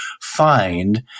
find